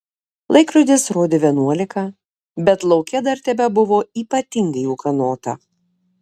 laikrodis rodė vienuolika bet lauke dar tebebuvo ypatingai ūkanota